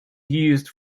used